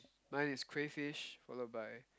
mine is crayfish followed by